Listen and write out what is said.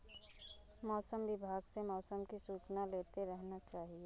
मौसम विभाग से मौसम की सूचना लेते रहना चाहिये?